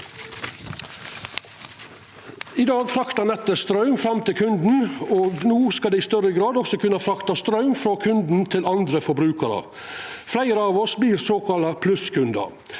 I dag fraktar nettet straum fram til kunden, no skal det i større grad også kunna frakta straum frå kunden til andre forbrukarar. Fleire av oss vert såkalla plusskundar.